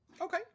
Okay